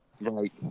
Right